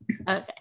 Okay